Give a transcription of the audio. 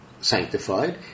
sanctified